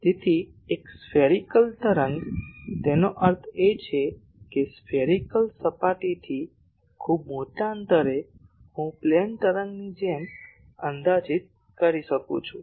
તેથી એક સ્ફેરીકલ તરંગ તેનો અર્થ એ છે કે સ્ફેરીકલ સપાટી થી ખૂબ મોટા અંતરે હું પ્લેન તરંગની જેમ અંદાજિત કરી શકું છું